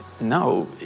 No